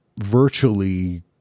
virtually